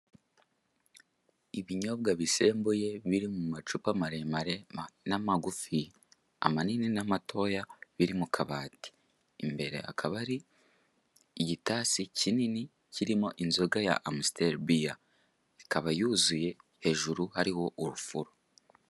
Ibinyobwa bisembuye biri mu macupa maremare n'amagufi amanini n'amatoya biri mu kabati. Imbere hakaba ari igitasi kinini kirimo inzoga ya amusiteli biya ikaba yuzuye hejuru hariho urufuro.